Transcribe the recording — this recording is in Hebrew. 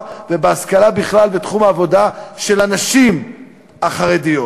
ובהשכלה בכלל בתחום העבודה של הנשים החרדיות.